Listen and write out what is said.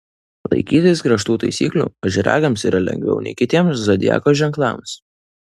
laikytis griežtų taisyklių ožiaragiams yra lengviau nei kitiems zodiako ženklams